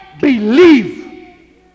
believe